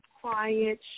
quiet